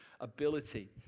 ability